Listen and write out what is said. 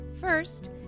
First